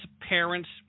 parents